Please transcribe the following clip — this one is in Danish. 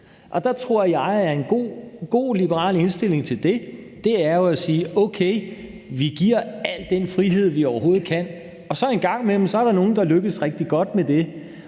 Der tror jeg, at en god liberal indstilling til det er at sige: Okay, vi giver al den frihed, vi overhovedet kan, og så en gang imellem er der nogle, der lykkes rigtig godt med det,